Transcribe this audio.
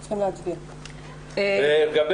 מה לגבי